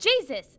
Jesus